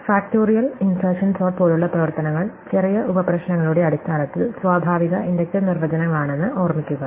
factorial insertion sort പോലുള്ള പ്രവർത്തനങ്ങൾ ചെറിയ ഉപപ്രശ്നങ്ങളുടെ അടിസ്ഥാനത്തിൽ സ്വാഭാവിക ഇൻഡക്റ്റീവ് നിർവചനങ്ങളാണെന്ന് ഓർമ്മിക്കുക